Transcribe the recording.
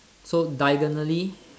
so diagonally